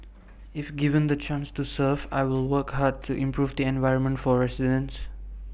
if given the chance to serve I will work hard to improve the environment for residents